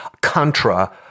contra